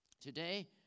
Today